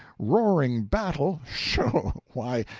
roaring battle, sho! why,